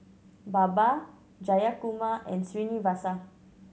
Baba Jayakumar and Srinivasa